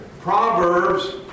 Proverbs